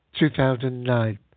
2009